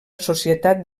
societat